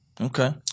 okay